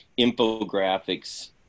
infographics